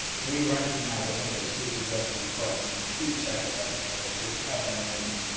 we recognize, i think as hugh suggested in a question, the huge sacrifices that our troops have been making,